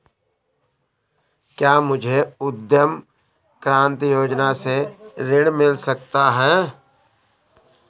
क्या मुझे उद्यम क्रांति योजना से ऋण मिल सकता है?